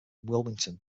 wilmington